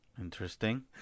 Interesting